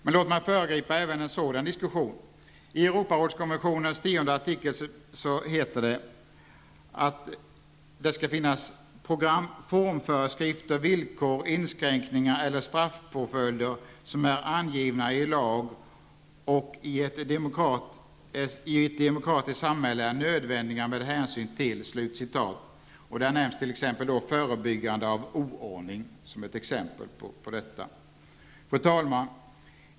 Men låt mig föregripa även en sådan diskussion. ''formföreskrifter, villkor, inskränkningar eller straffpåföljder, som är angivna i lag och i ett demokratiskt samhälle är nödvändiga med hänsyn till'' t.ex. förebyggande av oordning. Fru talman!